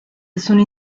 sono